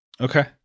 Okay